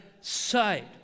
sight